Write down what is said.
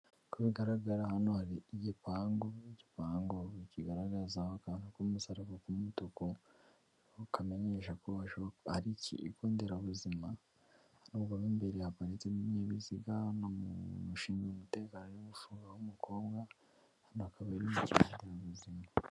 Uko bigaragara hano hari igipangu, igipangu kigaragaza akantu k'umusaraba ku mutuku, aho kamenyesha ko hashobora kuba hari ikigo nderabuzima, mo imbere haparitsemo ibinyabiziga n'umuntu ushinzwe umutekano w'umukobwa, hano hakaba ari mu kigo nderazima.